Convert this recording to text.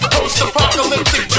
Post-apocalyptic